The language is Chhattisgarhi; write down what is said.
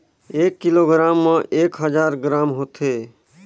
एक किलोग्राम म एक हजार ग्राम होथे